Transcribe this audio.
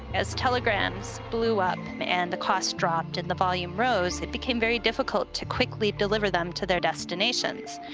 as telegrams blew up um and the cost dropped and the volume rose, it became very difficult to quickly deliver them to their destinations.